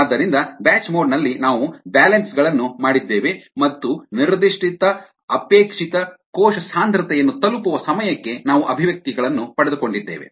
ಆದ್ದರಿಂದ batch mode ನಲ್ಲಿ ನಾವು ಬ್ಯಾಲೆನ್ಸ್ ಗಳನ್ನು ಮಾಡಿದ್ದೇವೆ ಮತ್ತು ನಿರ್ದಿಷ್ಟ ಅಪೇಕ್ಷಿತ ಕೋಶ ಸಾಂದ್ರತೆಯನ್ನು ತಲುಪುವ ಸಮಯಕ್ಕೆ ನಾವು ಅಭಿವ್ಯಕ್ತಿಗಳನ್ನು ಪಡೆದುಕೊಂಡಿದ್ದೇವೆ